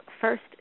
First